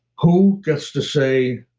who gets to say